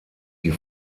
die